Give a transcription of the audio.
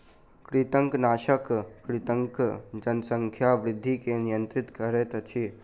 कृंतकनाशक कृंतकक जनसंख्या वृद्धि के नियंत्रित करैत अछि